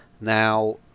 Now